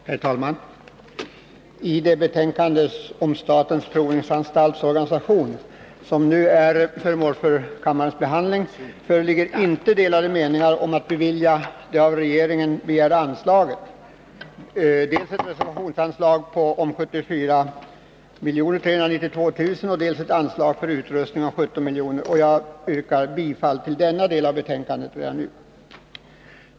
Herr talman! I det betänkande om statens provningsanstalts organisation som nu är föremål för kammarens behandling föreligger inte delade meningar om att bevilja det av regeringen begärda anslaget — dels ett reservationsanslag om 74 392 000 kr., dels ett anslag för utrustning om 17 milj.kr. Jag yrkar redan nu bifall till utskottets hemställan beträffande denna del av betänkandet.